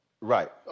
Right